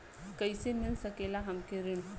कइसे मिल सकेला हमके ऋण?